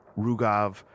Rugov